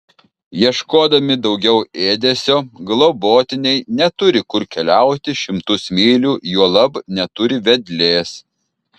ieškodami daugiau ėdesio globotiniai neturi kur keliauti šimtus mylių juolab neturi vedlės